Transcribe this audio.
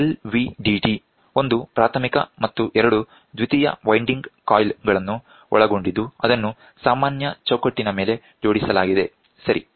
LVDT ಒಂದು ಪ್ರಾಥಮಿಕ ಮತ್ತು ಎರಡು ದ್ವಿತೀಯ ವೈಂಡಿಂಗ್ ಕಾಯಿಲ್ ಗಳನ್ನು ಒಳಗೊಂಡಿದ್ದು ಅದನ್ನು ಸಾಮಾನ್ಯ ಚೌಕಟ್ಟಿನ ಮೇಲೆ ಜೋಡಿಸಲಾಗಿದೆ ಸರಿ